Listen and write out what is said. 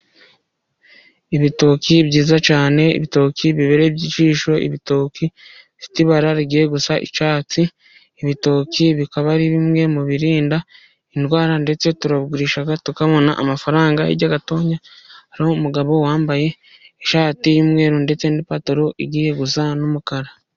Ibitoki byiza cyane, ibitoki bibereye ijisho, ibitoki bifite ibara rigiye gusa icyatsi, ibitoki bikaba ari bimwe mu birinda indwara, ndetse turagurisha tukabona amafaranga, hirya gatonya hari umugabo wambaye ishati y'umweru ndetse n'ipantaro igiye gusa n'umukara.